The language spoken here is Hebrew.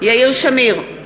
יאיר שמיר,